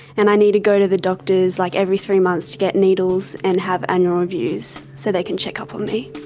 and i need to go to the doctors like every three months to get needles and have annual reviews so they can check up on me.